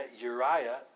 Uriah